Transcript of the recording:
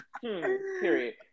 Period